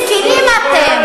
מה את עושה?